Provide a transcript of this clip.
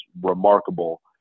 remarkable